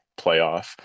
playoff